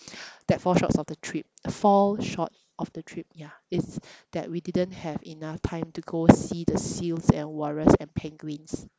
that fall shorts of the trip fall short of the trip yeah is that we didn't have enough time to go see the seals and walrus and penguins